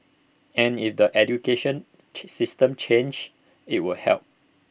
and if the education system changes IT will help